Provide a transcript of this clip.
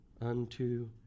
unto